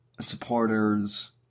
supporters